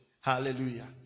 hallelujah